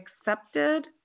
accepted